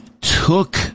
took